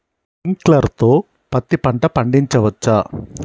Sprinkler తో పత్తి పంట పండించవచ్చా?